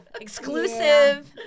Exclusive